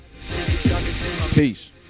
Peace